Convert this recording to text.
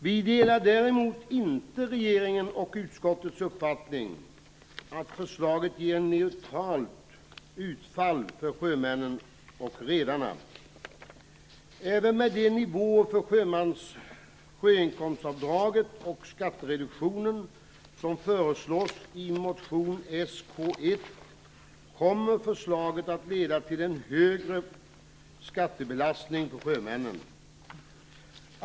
Vi delar däremot inte regeringens och utskottets uppfattning att förslaget ger ett neutralt utfall för sjömännen och redarna. Även med den nivå för sjöinkomstavdraget och skattereduktionen som föreslås i motion Sk1 kommer förslaget att leda till en högre skattebelastning för sjömännen.